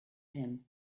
him